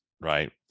right